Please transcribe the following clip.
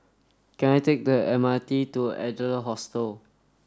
can I take the M R T to Adler Hostel